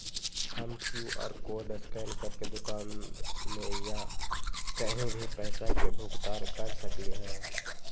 हम Q R code scan करके दुकान में या कहीं भी पैसा के भुगतान कर सकली ह?